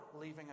leaving